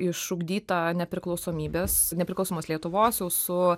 išugdyta nepriklausomybės nepriklausomos lietuvos jau su